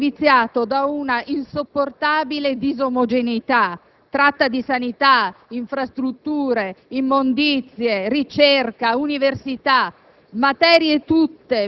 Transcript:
Il decreto è viziato da una insopportabile disomogeneità: tratta di sanità, infrastrutture, immondizie, ricerca, università,